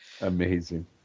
Amazing